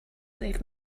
leave